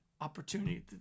Opportunity